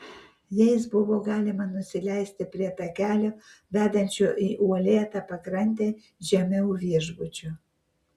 jais buvo galima nusileisti prie takelio vedančio į uolėtą pakrantę žemiau viešbučio